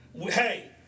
hey